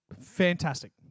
fantastic